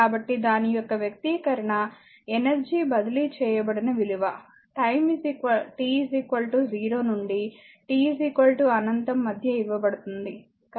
కాబట్టి దాని యొక్క వ్యక్తీకరణ ఎనర్జీ బదిలీ చేయబడిన విలువ టైమ్ t 0 నుండి t అనంతం మధ్య ఇవ్వబడుతుంది